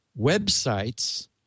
websites